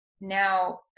now